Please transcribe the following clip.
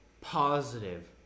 positive